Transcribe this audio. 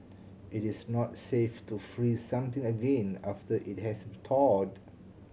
it is not safe to freeze something again after it has thawed